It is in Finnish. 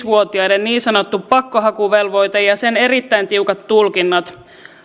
vuotiaiden niin sanottu pakkohakuvelvoite ja sen erittäin tiukat tulkinnat